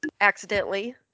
Accidentally